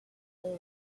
day